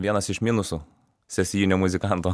vienas iš minusų sesijinio muzikanto